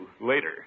Later